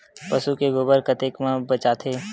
पशु के गोबर कतेक म बेचाथे?